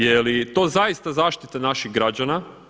Jeli to zaista zaštita naših građana?